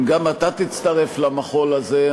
אם גם אתה תצטרף למחול הזה,